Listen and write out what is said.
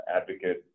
advocate